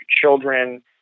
children